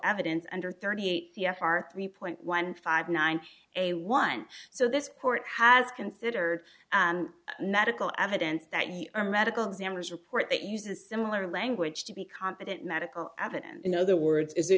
evidence under thirty eight the f are three point one five nine a one so this court has considered and medical evidence that he or medical examiner's report that uses similar language to be competent medical evidence in other words is it